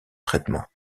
traitement